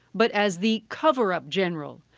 but as the cover-up general,